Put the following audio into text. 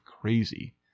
crazy